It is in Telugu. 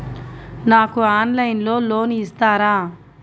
నాకు ఆన్లైన్లో లోన్ ఇస్తారా?